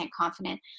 confident